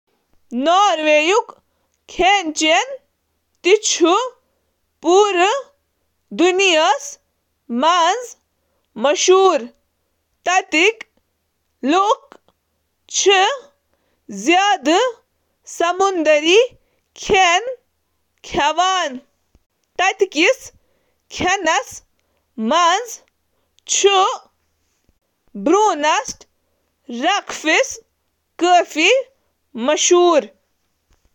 پکوان چِھ سادٕ تہٕ دِلچسپ آسان، اتھ سۭتۍ چِھ بے مثال پہلو یتھ کٔنۍ زَن سیوِتھ آلو تہٕ لیفس ,اکھ روایتی نارویجین روٹی ۔ ساروی کھوتہٕ زیادٕ پسندیدٕ چُھ فیریکل، سست رننہٕ آمُت مٹن تہٕ گوبھی ہنٛد اکھ آرام دہ سٹو، یتھ واریہن پولن منٛز ناروے ہنٛد قومی ڈش قرار دنہٕ چُھ آمُت۔